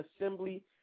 assembly